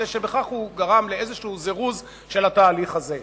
כי בכך גרמנו לזירוז כלשהו של התהליך הזה.